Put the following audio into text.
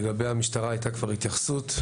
לגבי המשטרה הייתה כבר התייחסות.